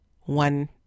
one